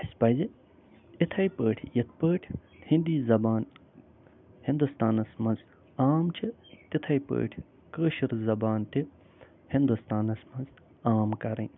اَسہِ پَزِ یِتھٕے ٲٹھۍ یِتھٕ پٲٹھۍ ہیندی زبان ہندوستانس منٛز عام چھِ تِتھٕے پٲٹھۍ کٲشِر زبان تہِ ہندوستانس منٛز عام کَرٕنۍ